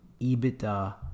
EBITDA